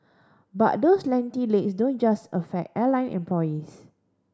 but those lengthy legs don't just affect airline employees